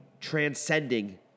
transcending